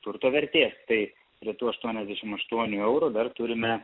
turto vertės tai prie tų aštuoniasdešim aštuonių eurų dar turime